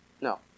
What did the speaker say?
No